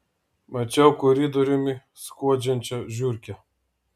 mačiau koridoriumi skuodžiančią žiurkę